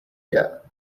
year